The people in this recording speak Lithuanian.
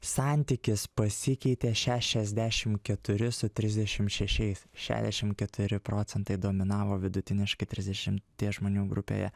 santykis pasikeitė šešiasdešim keturi su trisdešim šešiais šešdešim keturi procentai dominavo vidutiniškai trisdešimies žmonių grupėje